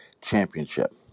Championship